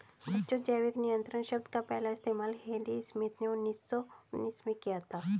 बच्चों जैविक नियंत्रण शब्द का पहला इस्तेमाल हेनरी स्मिथ ने उन्नीस सौ उन्नीस में किया था